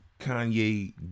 kanye